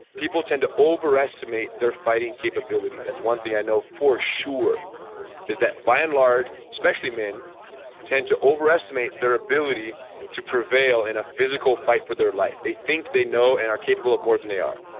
people tend to overestimate their fighting capability, that's one thing i know for sure is that by and large, especially, men tend to overestimate their ability to prevail in a physical fight for their life. they think they know and are capable of more than they are,